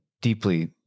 deeply